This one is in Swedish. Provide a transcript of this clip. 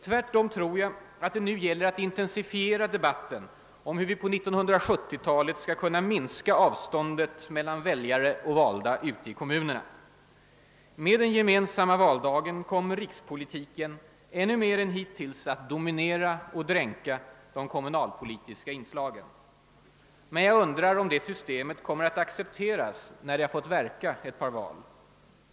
Tvärtom tror jag att det nu gäller att intensifiera debatten om hur vi på 1970-talet skall kunna minska avståndet mellan väljare och valda ute i kommunerna. Med den gemensamma valdagen kommer rikspolitiken ännu mera än hittills att dominera och dränka de kommunalpolitiska inslagen. Men jag undrar om det systemet kommer att accepteras när det fått verka under ett par val.